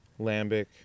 lambic